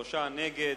22, נגד,